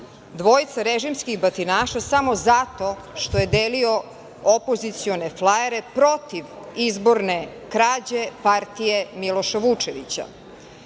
dvojica režimskih batinaša samo zato što je delio opozicione flajere protiv izborne krađe partije Miloša Vučevića,